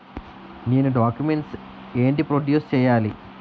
నేను డాక్యుమెంట్స్ ఏంటి ప్రొడ్యూస్ చెయ్యాలి?